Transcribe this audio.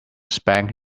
spank